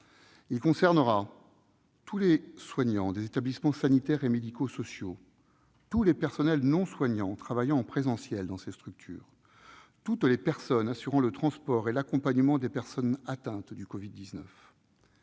concernera tous les soignants des établissements sanitaires et médico-sociaux, tous les personnels non soignants travaillant en présentiel dans ces structures, toutes les personnes assurant le transport et l'accompagnement des personnes atteintes du Covid-19.